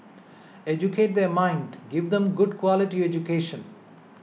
educate their mind give them good quality education